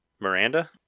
Miranda